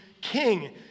king